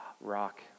Rock